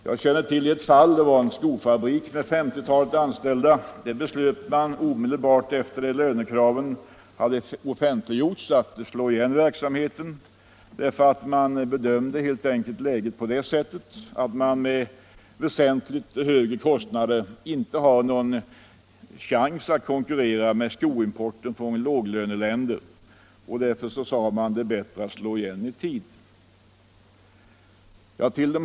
Jag känner till ett fall, en skofabrik med 50-talet anställda. Där beslöt man omedelbart efter det att lönekraven hade offentliggjorts att slå igen verksamheten. Man bedömde helt enkelt läget på det sättet att man med väsentligt högre kostnader inte hade någon chans att konkurrera med skoimporten från låglöneländer. Därför sade man att det är bättre att slå igen i tid.